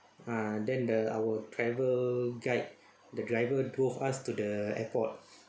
ah then the our travel guide the driver drove us to the airport